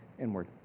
inward